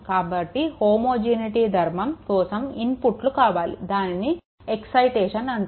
కాబట్టి హోమోజినిటీ ధర్మం కోసం ఇన్పుట్లు కావాలి దానిని ఎక్సైటేషన్ అంటారు